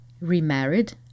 remarried